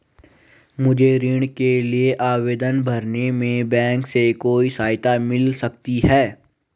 मुझे ऋण के लिए आवेदन भरने में बैंक से कोई सहायता मिल सकती है?